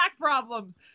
problems